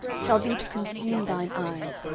shall be to consume thine eyes,